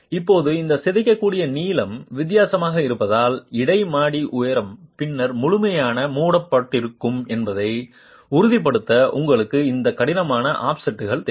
இப்போது இந்த சிதைக்கக்கூடிய நீளம் வித்தியாசமாக இருப்பதால் இடை மாடி உயரம் பின்னர் முழுமையாக மூடப்பட்டிருக்கும் என்பதை உறுதிப்படுத்த உங்களுக்கு இந்த கடினமான ஆஃப்செட்டுகள் தேவை